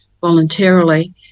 voluntarily